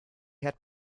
had